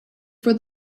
for